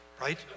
right